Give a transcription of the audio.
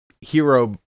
hero